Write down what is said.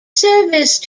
service